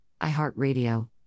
iHeartRadio